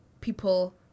people